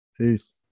Peace